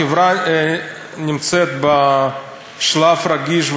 החברה נמצאת בשלב רגיש,